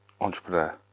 entrepreneur